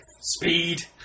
Speed